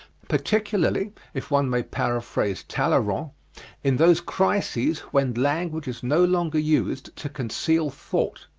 particularly if one may paraphrase tallyrand in those crises when language is no longer used to conceal thought.